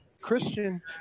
Christian